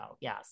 Yes